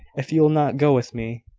if you will not go with me,